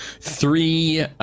three